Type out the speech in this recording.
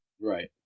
Right